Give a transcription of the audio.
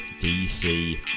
DC